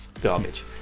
garbage